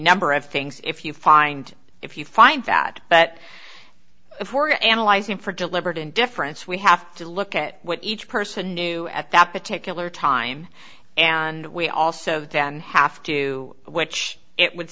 number of things if you find if you find that that for analyzing for deliberate indifference we have to look at what each person knew at that particular time and we also then have to which it would